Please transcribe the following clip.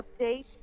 update